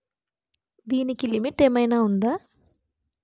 దీనికి లిమిట్ ఆమైనా ఉందా?